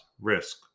risk